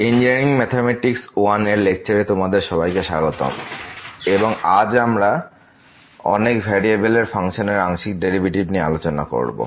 engineering mathematics I এর লেকচারে তোমাদের সবাইকে স্বাগতম এবং আজ আমরা অনেক ভেরিয়েবল ফাংশনের আংশিক ডেরিভেটিভস নিয়ে আলোচনা করবো